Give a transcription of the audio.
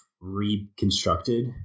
reconstructed